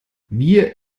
wir